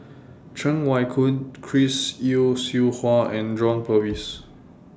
Cheng Wai Keung Chris Yeo Siew Hua and John Purvis